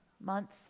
months